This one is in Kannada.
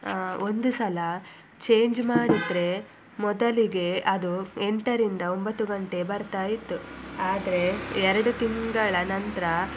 ಒಂದು ಸಲ ಚೇಂಜ್ ಮಾಡಿದರೆ ಮೊದಲಿಗೆ ಅದು ಎಂಟರಿಂದ ಒಂಬತ್ತು ಗಂಟೆ ಬರ್ತಾ ಇತ್ತು ಆದರೆ ಎರಡು ತಿಂಗಳ ನಂತರ